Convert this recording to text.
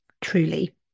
truly